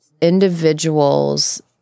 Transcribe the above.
individuals